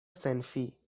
صنفی